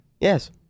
Yes